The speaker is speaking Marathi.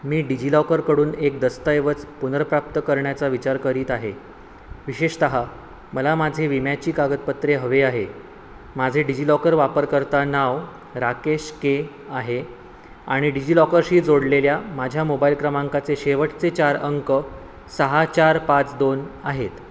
मी डिजि लॉकरकडून एक दस्तऐवज पुनर्प्राप्त करण्याचा विचार करीत आहे विशेषतः मला माझे विम्याची कागदपत्रे हवे आहे माझे डिजि लॉकर वापरकर्ता नाव राकेश के आहे आणि डिजि लॉकरशी जोडलेल्या माझ्या मोबाईल क्रमांकाचे शेवटचे चार अंक सहा चार पाच दोन आहेत